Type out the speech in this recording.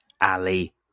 Ali